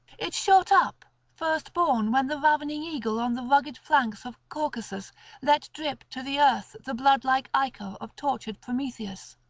it shot up first-born when the ravening eagle on the rugged flanks of caucasus let drip to the earth the blood-like ichor of tortured prometheus.